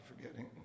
forgetting